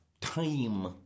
Time